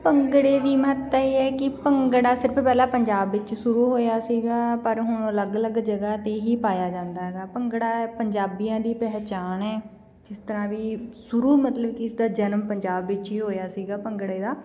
ਭੰਗੜੇ ਦੀ ਮਹੱਤਤਾ ਇਹ ਹੈ ਕਿ ਭੰਗੜਾ ਸਿਰਫ ਪਹਿਲਾਂ ਪੰਜਾਬ ਵਿੱਚ ਸ਼ੁਰੂ ਹੋਇਆ ਸੀਗਾ ਪਰ ਹੁਣ ਅਲੱਗ ਅਲੱਗ ਜਗ੍ਹਾ 'ਤੇ ਹੀ ਪਾਇਆ ਜਾਂਦਾ ਹੈਗਾ ਭੰਗੜਾ ਪੰਜਾਬੀਆਂ ਦੀ ਪਹਿਚਾਣ ਹੈ ਜਿਸ ਤਰ੍ਹਾਂ ਵੀ ਸ਼ੁਰੂ ਮਤਲਬ ਇਸ ਦਾ ਜਨਮ ਪੰਜਾਬ ਵਿੱਚ ਹੀ ਹੋਇਆ ਸੀਗਾ ਭੰਗੜੇ ਦਾ